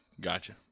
Gotcha